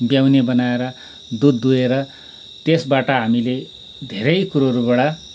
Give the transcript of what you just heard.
ब्याउने बनाएर दुध दुहेर त्यसबाट हामीले धेरै कुरोहरूबाट